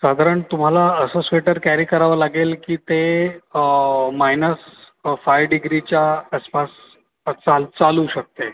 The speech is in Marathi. साधारण तुम्हाला असं स्वेटर कॅरी करावं लागेल की ते मायनस फायू डिग्रीच्या असपास चाल चालू शकते